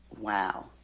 Wow